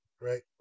right